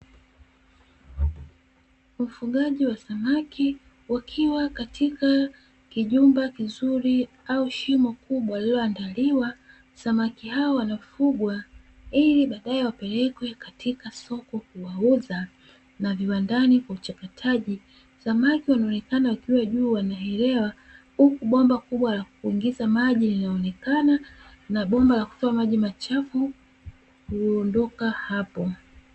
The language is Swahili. Ufugaji wa samaki wakiwa katika kijumba kizuri au shimo kubwa lililoandaliwa, samaki hao wanafugwa ili baadae wapelekwe katika soko kuwauza na viwandani kwa uchakachataji. Samaki wanaonekana wakiwa juu wanaelea huku bomba kubwa la kukuingiza maji linaonekana na bomba la kutoa maji machafuko huondoka hapo.